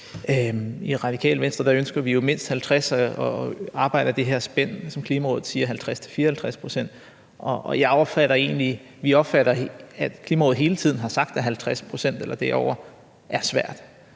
I Radikale Venstre ønsker vi jo mindst 50 pct. og arbejder i det her spænd ligesom Klimarådet, altså 50-54 pct., og vi opfatter egentlig, at Klimarådet hele tiden har sagt, at 50 pct. eller derover er svært.